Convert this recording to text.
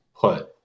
put